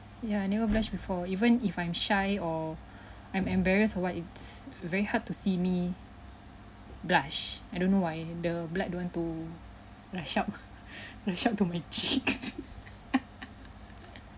ya I never blush before even if I'm shy or I'm embarrassed or what it's very hard to see me blush I don't know why the blood don't want to rush up rush up to my cheek